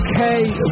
Okay